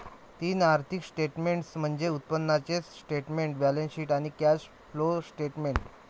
तीन आर्थिक स्टेटमेंट्स म्हणजे उत्पन्नाचे स्टेटमेंट, बॅलन्सशीट आणि कॅश फ्लो स्टेटमेंट